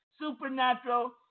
supernatural